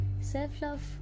self-love